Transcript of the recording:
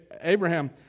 Abraham